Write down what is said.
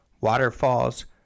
waterfalls